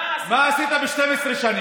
ב-2009, מה עשית בשנה?